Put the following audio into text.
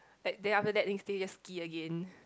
like day after that they just ski again